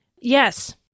Yes